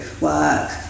work